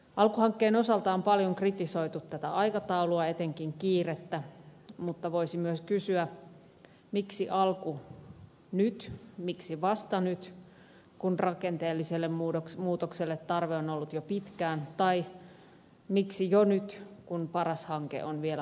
alku hankkeen osalta on paljon kritisoitu tätä aikataulua etenkin kiirettä mutta voisi myös kysyä miksi alku nyt miksi vasta nyt kun rakenteelliselle muutokselle tarve on ollut jo pitkään tai miksi jo nyt kun paras hanke on vielä pahasti kesken